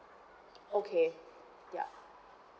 okay ya